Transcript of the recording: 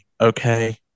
okay